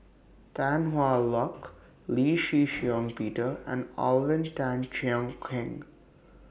Tan Hwa Luck Lee Shih Shiong Peter and Alvin Tan Cheong Kheng